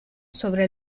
sobre